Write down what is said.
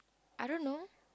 I don't know